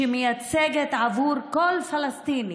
שמייצגת עבור כל פלסטיני